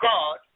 God